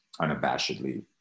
unabashedly